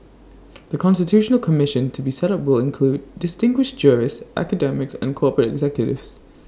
the constitutional commission to be set up will include distinguished jurists academics and corporate executives